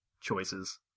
choices